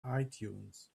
itunes